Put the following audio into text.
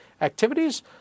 activities